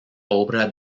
obra